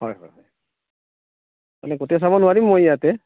হয় হয় হয় মানে গোটেই চাব নোৱাৰিম মই ইয়াতে